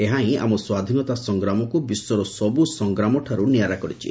ଏହା ହି ଆମ ସ୍ୱାଧୀନତା ସଂଗ୍ରାମକୁ ବିଶ୍ୱର ସବୁ ସଂଗ୍ରାମଠାର୍ ନିଆରା କରିଛି